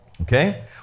Okay